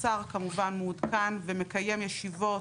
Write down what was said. השר כמובן מעודכן ומקיים ישיבות